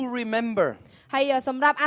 remember